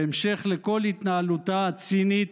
בהמשך לכל התנהלותה הצינית,